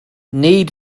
need